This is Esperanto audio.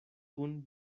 kun